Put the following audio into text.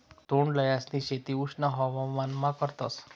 तोंडल्यांसनी शेती उष्ण हवामानमा करतस